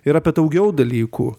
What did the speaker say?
ir apie daugiau dalykų